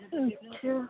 अच्छा